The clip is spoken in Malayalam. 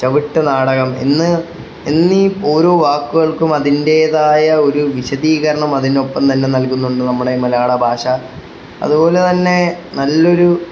ചവിട്ടുനാടകം എന്നീ ഓരോ വാക്കുകൾക്കും അതിന്റെതായ ഒരു വിശദീകരണം അതിനൊപ്പം തന്നെ നൽകുന്നുണ്ട് നമ്മുടെ ഈ മലയാള ഭാഷ അതുപോലെ തന്നെ നല്ലൊരു